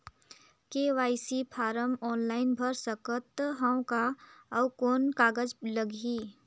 KYC form online भर सकत हवं का? अउ कौन कागज लगही?